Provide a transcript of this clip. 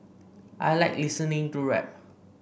I like listening to rap